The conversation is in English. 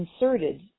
inserted